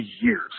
years